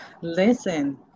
listen